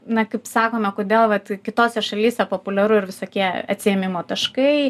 na kaip sakome kodėl vat kitose šalyse populiaru ir visokie atsiėmimo taškai